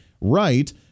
right